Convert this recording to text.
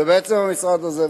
זה בעצם במשרד הזה,